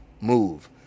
move